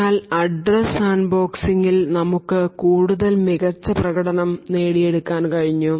എന്നാൽ അഡ്രസ്സ് സാൻഡ്ബോക്സിംഗിൽ നമുക്ക് കൂടുതൽ മികച്ച പ്രകടനം നേടിയെടുക്കാൻ കഴിഞ്ഞു